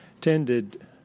tended